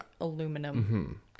aluminum